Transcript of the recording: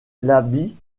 l’habit